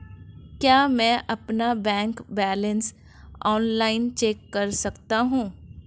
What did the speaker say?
क्या मैं अपना बैंक बैलेंस ऑनलाइन चेक कर सकता हूँ?